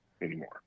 anymore